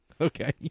okay